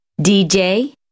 DJ